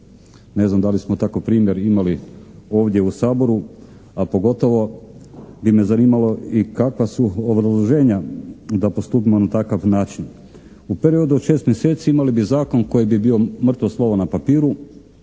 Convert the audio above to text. Ne znam da li smo takav primjer imali ovdje u Saboru, a pogotovo bi me zanimalo i kakva su obrazloženja da postupimo na takav način. U periodu od šest mjeseci imali bi zakon koji bi bio mrtvo slovo na papiru,